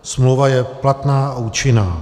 Smlouva je platná a účinná.